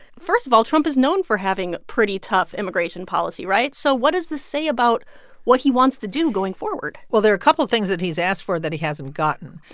first of all, trump is known for having pretty tough immigration policy, right? so what does this say about what he wants to do going forward? well, there are a couple things that he's asked for that he hasn't gotten.